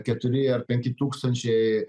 keturi ar penki tūkstančiai